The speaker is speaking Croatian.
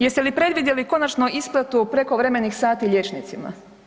Jeste li predvidjeli konačno isplatu prekovremenih sati liječnicima?